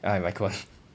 ya in micron